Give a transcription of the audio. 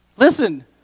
Listen